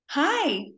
Hi